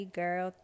girl